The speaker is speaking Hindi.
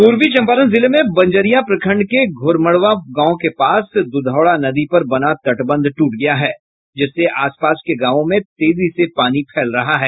पूर्वी चंपारण जिले में बंजरिया प्रखंड के घोड़मरवा गांव के पास दुधौरा नदी पर बना तटबंध ट्रट गया है जिससे आसपास के गांवों में तेजी से पानी फैल रहा है